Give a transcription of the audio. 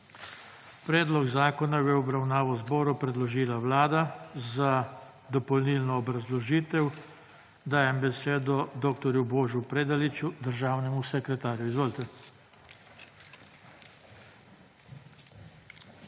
Predlog zakona je v obravnavo zboru predložila vlada. Za dopolnilno obrazložitev dajem besedi dr. Božu Predaliču, državnemu sekretarju. Izvolite.